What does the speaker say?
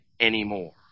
anymore